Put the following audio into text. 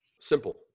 Simple